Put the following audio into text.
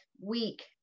week